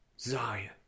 Zion